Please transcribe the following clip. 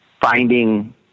finding